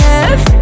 Love